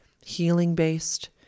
healing-based